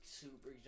super